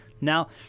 Now